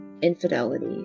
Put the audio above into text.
infidelity